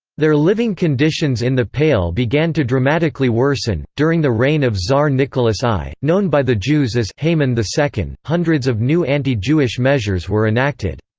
their living conditions in the pale began to dramatically worsen during the reign of tsar nicolas i, known by the jews as haman the second, hundreds of new anti-jewish measures were enacted.